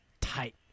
tight